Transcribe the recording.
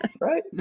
Right